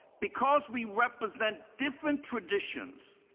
because we represent different traditions,